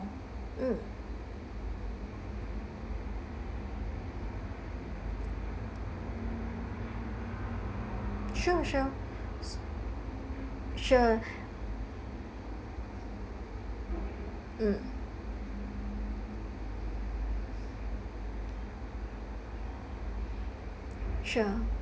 mm sure sure sure mm sure